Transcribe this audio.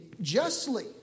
justly